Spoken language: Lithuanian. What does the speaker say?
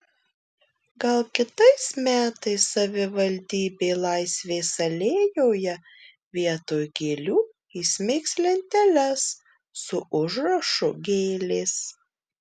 gal kitais metais savivaldybė laisvės alėjoje vietoj gėlių įsmeigs lenteles su užrašu gėlės